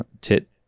tit